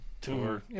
tour